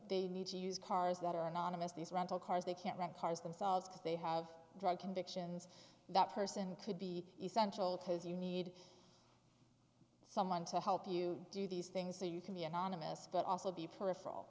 they need to use cars that are anonymous these rental cars they can't rent cars themselves because they have drug convictions that person could be essential to as you need someone to help you do these things so you can be anonymous but also be peripheral